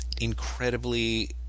incredibly